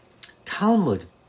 Talmud